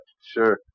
Sure